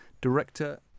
director